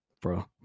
Bro